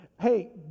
hey